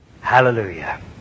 Hallelujah